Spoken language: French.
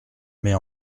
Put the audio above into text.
mais